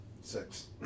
Six